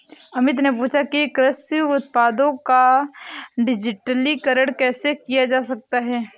अमित ने पूछा कि कृषि उत्पादों का डिजिटलीकरण कैसे किया जा सकता है?